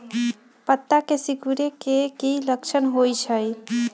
पत्ता के सिकुड़े के की लक्षण होइ छइ?